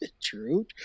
True